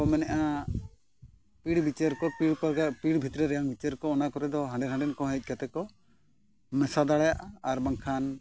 ᱠᱚ ᱢᱮᱱᱮᱫᱼᱟ ᱯᱤᱲ ᱵᱤᱪᱟᱹᱨ ᱠᱚ ᱯᱤᱲ ᱠᱚᱜᱮ ᱯᱤᱲ ᱵᱷᱤᱛᱨᱤ ᱨᱮᱱ ᱵᱤᱪᱟᱹᱨ ᱠᱚ ᱚᱱᱟ ᱠᱚᱨᱮ ᱫᱚ ᱦᱟᱸᱰᱮ ᱱᱟᱰᱮᱱ ᱠᱚ ᱦᱮᱡ ᱠᱟᱛᱮᱫ ᱠᱚ ᱢᱮᱥᱟ ᱫᱟᱲᱮᱭᱟᱜᱼᱟ ᱟᱨ ᱵᱟᱝᱠᱷᱟᱱ